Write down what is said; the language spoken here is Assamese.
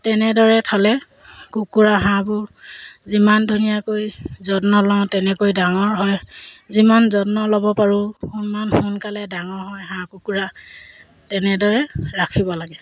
তেনেদৰে থ'লে কুকুৰা হাঁহবোৰ যিমান ধুনীয়াকৈ যত্ন লওঁ তেনেকৈ ডাঙৰ হয় যিমান যত্ন ল'ব পাৰোঁ সিমান সোনকালে ডাঙৰ হয় হাঁহ কুকুৰা তেনেদৰে ৰাখিব লাগে